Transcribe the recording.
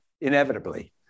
inevitably